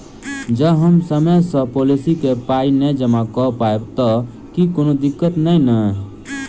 जँ हम समय सअ पोलिसी केँ पाई नै जमा कऽ पायब तऽ की कोनो दिक्कत नै नै?